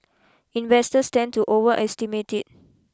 investors tend to overestimate it